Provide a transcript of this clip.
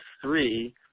three